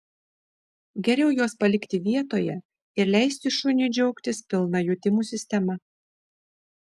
geriau juos palikti vietoje ir leisti šuniui džiaugtis pilna jutimų sistema